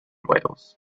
wales